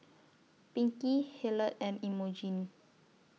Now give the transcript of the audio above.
Pinkie Hilliard and Imogene